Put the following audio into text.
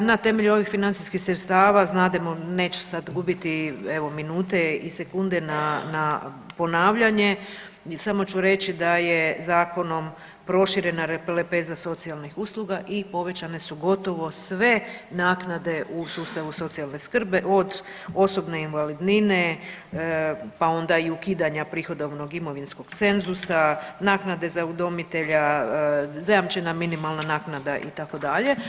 Na temelju ovih financijskih sredstava znademo, neću sad gubiti evo minute i sekunde na, na ponavljanje i samo ću reći da je zakonom proširena lepeza socijalnih usluga i povećane su gotovo sve naknade u sustavu socijalne skrbi od osobne invalidnine, pa onda i ukidanja prihodovnog imovinskog cenzusa, naknade za udomitelja, zajamčena minimalna naknada itd.